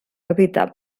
evitar